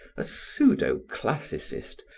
a pseudo-classicist,